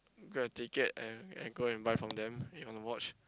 grab ticket and and go and buy from them if you want to watch